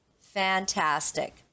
Fantastic